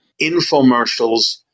infomercials